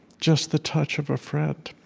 just the touch of a friend.